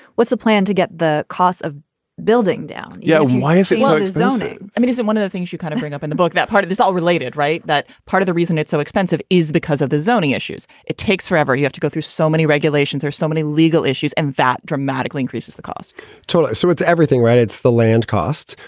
what's the plan to get the costs of building down? yeah why is it zoning? i mean, isn't one of the things you kind of bring up in the book that part of this all related? right. that part of the reason it's so expensive is because of the zoning issues. it takes forever. you have to go through so many regulations. there's so many legal issues, and that dramatically increases the costs so it's everything, right? it's the land cost,